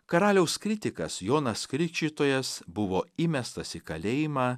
karaliaus kritikas jonas krikštytojas buvo įmestas į kalėjimą